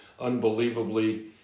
Unbelievably